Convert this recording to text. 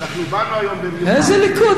איזה ליכוד,